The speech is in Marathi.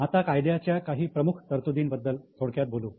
आता कायद्याच्या काही प्रमुख तरतूददिबद्दल थोडक्यात बोलू